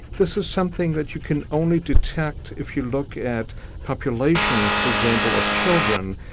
this is something that you can only detect if you look at populations for example of children,